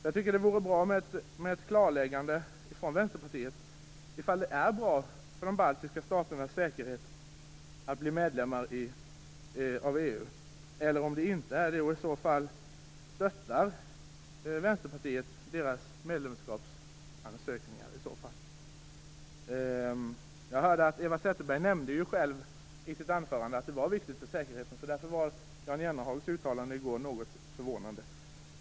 Jag tycker att det vore bra om vi kunde få ett klarläggande från Vänsterpartiet om det är bra eller inte bra för de baltiska staternas säkerhet att de blir medlemmar i EU. Om det är bra, stöttar då Vänsterpartiet de här staternas medlemskapsansökningar? Jag hörde Eva Zetterberg i sitt anförande nämna att detta är viktigt för säkerheten. Därför var Jan Jennehags uttalande i går något förvånande.